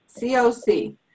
COC